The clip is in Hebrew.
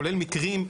כולל מקרים,